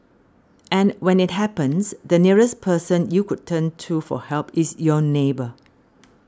and when it happens the nearest person you could turn to for help is your neighbour